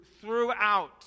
throughout